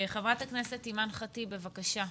חברת הכנסת אימאן ח'טיב יאסין.